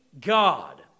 God